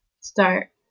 start